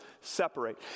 separate